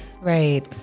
right